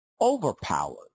overpowered